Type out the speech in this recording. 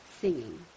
singing